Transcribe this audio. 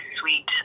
sweet